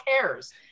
cares